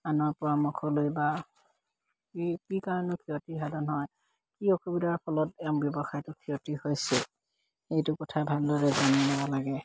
আনৰ পৰামৰ্শলৈ বা কি কি কাৰণে ক্ষতিসাধন হয় কি অসুবিধাৰ ফলত ব্যৱসায়টো ক্ষতি হৈছে সেইটো কথাই ভালদৰে জানিব লাগে